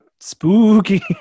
spooky